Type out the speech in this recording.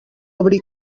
obri